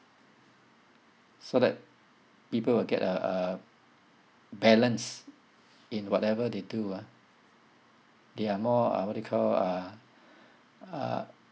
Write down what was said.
so that people will get a a balance in whatever they do ah they are more uh what you call uh uh